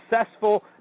successful